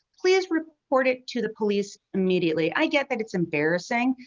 please report it to the police immediately. i get that it's embarrassing.